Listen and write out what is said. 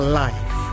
life